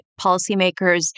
policymakers